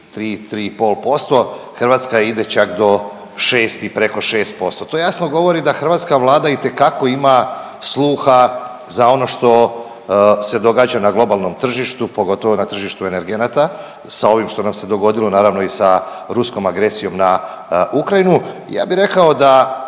3-3,5%, Hrvatska ide čak do 6 i preko 6%. To jasno govori da hrvatska vlada itekako ima sluha za ono što se događa na globalnom tržištu, pogotovo na tržištu energenata, sa ovim što nam se dogodilo naravno i sa ruskom agresijom na Ukrajinu. Ja bi rekao da